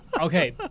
Okay